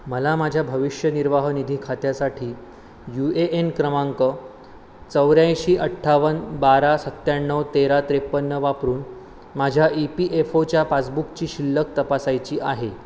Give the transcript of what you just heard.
मला माझ्या भविष्य निर्वाह निधी खात्यासाठी यू ए एन क्रमांक चौऱ्याऐंशी अठ्ठावन्न बारा सत्त्याण्णव तेरा त्रेपन्न वापरून माझ्या ई पी एफ ओच्या पासबुकची शिल्लक तपासायची आहे